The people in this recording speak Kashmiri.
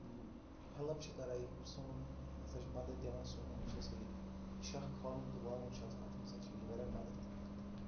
ہیلٕپ چھِ کَران یہِ سون یہِ ہَسا چھِ مَدد دِوان سون یُس ہَسا یہِ شَہہ کھالُن تہٕ والُن چھُ آسان اَتھ منٛز ہَسا چھِ یہِ واریاہ مَدد دِوان